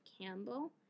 campbell